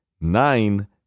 nine